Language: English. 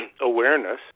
awareness